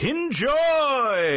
Enjoy